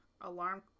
alarm